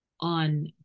on